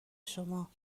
شما